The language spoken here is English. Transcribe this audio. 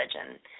religion